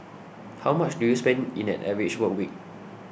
how much do you spend in an average work week